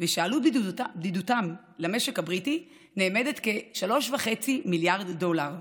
ושעלות בדידותם למשק הבריטי נאמדת ב-3.5 מיליארד דולר.